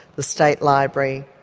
the state library,